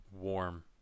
warm